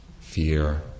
fear